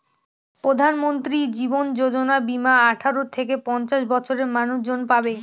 প্রধানমন্ত্রী জীবন যোজনা বীমা আঠারো থেকে পঞ্চাশ বছরের মানুষজন পাবে